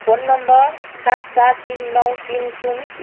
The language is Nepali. फोन नम्बर सात चार तिन नौ तिन सुन